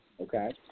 Okay